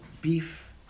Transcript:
beef